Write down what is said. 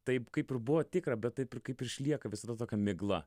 taip kaip ir buvo tikra bet taip ir kaip ir išlieka visa tokia migla